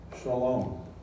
shalom